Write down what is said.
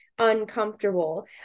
uncomfortable